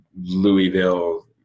Louisville